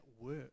work